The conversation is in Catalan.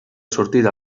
sortida